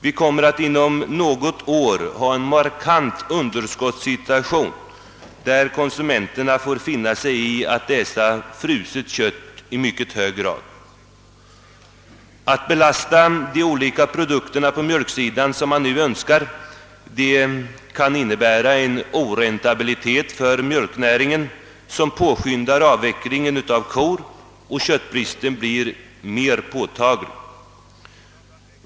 Vi kommer inom något år att ha en markant underskottssituation, där konsumenterna får finna sig i att äta fruset kött i mycket stor utsträckning. Att belasta de olika produkterna på mjölksidan, som man nu önskar, kan innebära en oräntabilitet för mjölknäringen som påskyndar avvecklingen av kostammen, och köttbristen blir mer påtaglig.